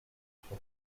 sobre